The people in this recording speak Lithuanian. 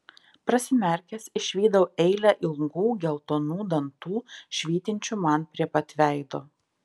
prasimerkęs išvydau eilę ilgų geltonų dantų švytinčių man prie pat veido